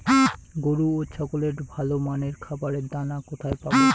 গরু ও ছাগলের ভালো মানের খাবারের দানা কোথায় পাবো?